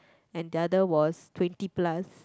and the other was twenty plus